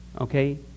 Okay